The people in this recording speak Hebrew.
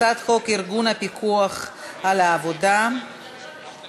הצעת חוק ארגון הפיקוח על העבודה (תיקון,